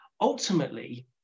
ultimately